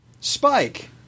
Spike